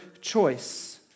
choice